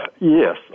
yes